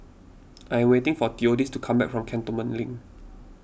I am waiting for theodis to come back from Cantonment Link